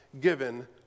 given